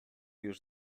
już